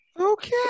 Okay